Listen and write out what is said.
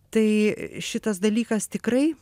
tai šitas dalykas tikrai